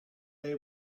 they